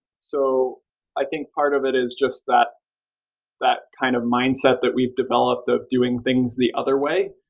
so i think part of it is just that that kind of mindset that we've developed of doing things the other way,